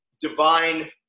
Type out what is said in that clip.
divine